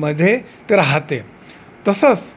मग ते राहाते तसंच